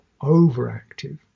overactive